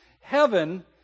heaven